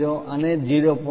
0 અને આ 0